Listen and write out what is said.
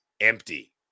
empty